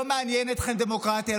לא מעניינת אתכם דמוקרטיה,